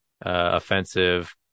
offensive